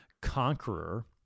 conqueror